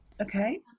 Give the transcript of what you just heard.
Okay